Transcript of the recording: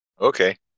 Okay